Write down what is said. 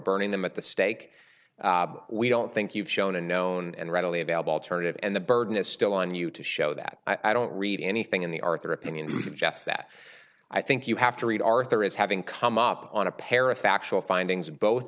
burning them at the stake we don't think you've shown a known and readily available target and the burden is still on you to show that i don't read anything in the arthur opinion to suggest that i think you have to read arthur as having come up on a pair of factual findings both